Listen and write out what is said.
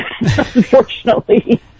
unfortunately